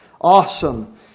awesome